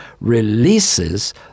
releases